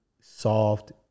soft